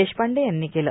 देशपांडे यांनी केलं